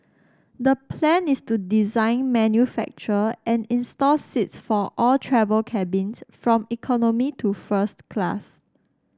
the plan is to design manufacture and install seats for all travel cabins from economy to first class